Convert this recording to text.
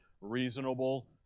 reasonable